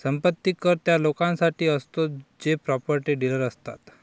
संपत्ती कर त्या लोकांसाठी असतो जे प्रॉपर्टी डीलर असतात